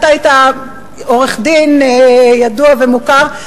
אתה היית עורך-דין ידוע ומוכר,